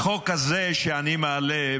החוק הזה שאני מעלה,